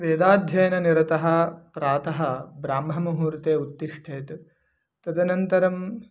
वेदाध्ययननिरतः प्रातः ब्रह्ममुहूर्ते उत्तिष्ठेत् तदनन्तरं